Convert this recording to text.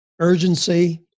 urgency